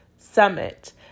Summit